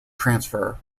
transfer